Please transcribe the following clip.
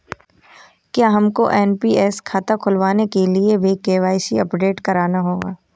क्या हमको एन.पी.एस खाता खुलवाने के लिए भी के.वाई.सी अपडेट कराना होगा?